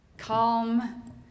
Calm